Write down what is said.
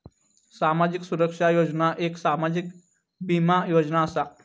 सामाजिक सुरक्षा योजना एक सामाजिक बीमा योजना असा